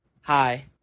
Hi